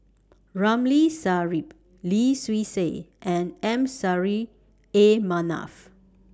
Ramli Sarip Lim Swee Say and M Sari A Manaf